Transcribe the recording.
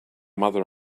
mother